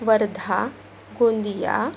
Wardha Gondia